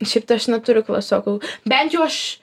šiaip tai aš neturiu klasiokų bent jau aš